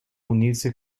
unirse